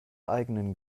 eigenen